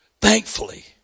thankfully